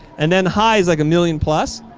and then high is like a million plus.